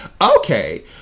Okay